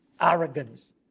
arrogance